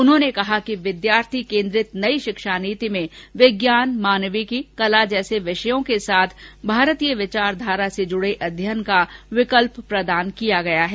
उन्होंने कहा कि विद्यार्थी केन्द्रित नई शिक्षा नीति में विज्ञान मानविकी कला जैसे विषयों के साथ भारतीय विचारधारा से जुडे अध्ययन का विकल्प प्रदान किया गया है